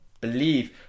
believe